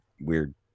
weird